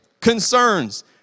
concerns